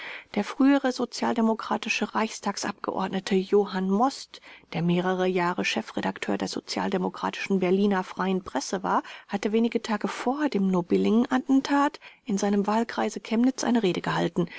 der frühere sozialdemokratische reichstagsabgeordnete johann most der mehrere jahre chefredakteur der sozialdemokratischen berliner freien presse war hatte wenige tage vor dem nobilingattentat in seinem wahlkreise chemnitz eine rede gehalten